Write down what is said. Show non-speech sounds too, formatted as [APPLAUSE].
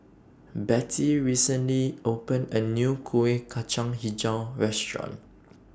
Bettie recently opened A New Kuih Kacang Hijau Restaurant [NOISE]